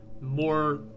more